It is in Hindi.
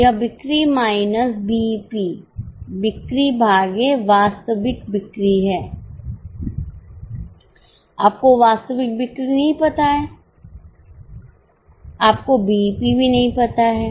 यह बिक्री माइनस बीईपी बिक्री भागे वास्तविक बिक्री है आपको वास्तविक बिक्री नहीं पता है आपको बीईपी भी नहीं पता है